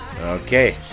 Okay